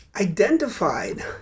identified